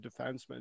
defenseman